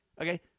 Okay